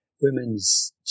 women's